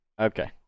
Okay